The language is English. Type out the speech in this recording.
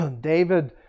David